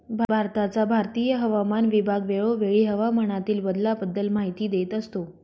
भारताचा भारतीय हवामान विभाग वेळोवेळी हवामानातील बदलाबद्दल माहिती देत असतो